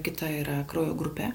kita yra kraujo grupė